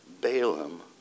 Balaam